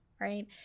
right